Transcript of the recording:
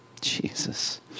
Jesus